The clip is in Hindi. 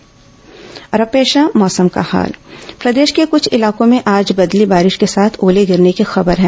मौसम प्रदेश के कुछ इलाकों में आज बदली बारिश के साथ ओले गिरने की खबर है